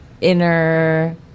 inner